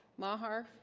maher